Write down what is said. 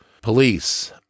police